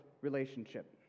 relationship